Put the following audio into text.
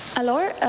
a lawyer